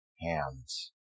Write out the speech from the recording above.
hands